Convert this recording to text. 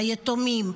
ביתומים,